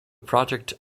project